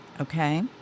okay